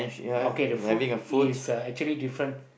okay the food is uh actually different